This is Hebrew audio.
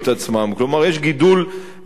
כלומר יש גידול דרמטי.